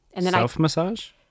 Self-massage